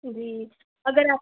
जी अगर आप